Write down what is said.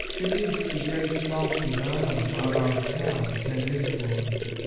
it leads to great self-denial about our talents and influence.